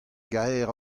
gaer